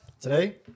Today